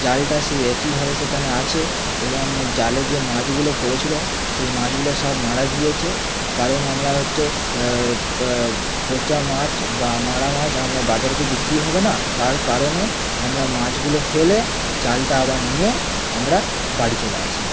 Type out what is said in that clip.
জালটা সেই একই ভাবে সেখানে আছে এবং জালে যে মাছগুলো পড়েছিল সেই মাছগুলো সব মারা গিয়েছে কারণ আমরা হচ্ছে পচা মাছ বা মরা মাছ আমরা বাজারে তো বিক্রি হবে না তার কারণে আমরা মাছগুলো ফেলে জালটা আবার নিয়ে আমরা বাড়ি চলে আসি